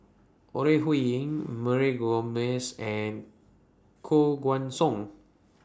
Ore Huiying Mary Gomes and Koh Guan Song